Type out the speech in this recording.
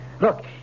Look